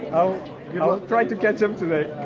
i'll you know try to catch up today!